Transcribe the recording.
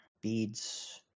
Beads